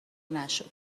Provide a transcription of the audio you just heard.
نشد